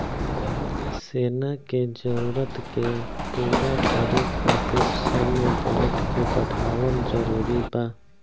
सेना के जरूरत के पूरा करे खातिर सैन्य बजट के बढ़ावल जरूरी बा